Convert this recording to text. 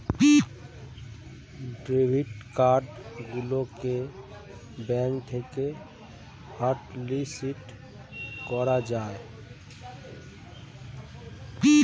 debit card গুলোকে bank থেকে hotlist করা যায়